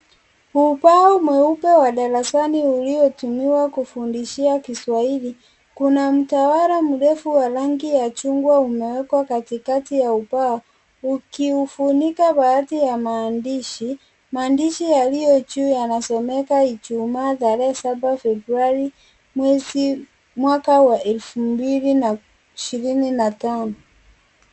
Ubao mweupe wa darasani uliotumiwa kufundishia kiswahili .Kuna mtawala mrefu wa rangi ya chungwa umewekwa katikati ya ubao ukiufunika baadhi ya maandishi, mandishi yaliyo juu yanasomeka ijumaa tarehe saba februari mwaka wa elfu mbili ishirini na tano.